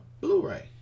Blu-ray